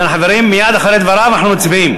לכן, חברים, מייד אחרי דבריו אנחנו מצביעים.